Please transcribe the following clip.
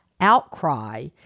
outcry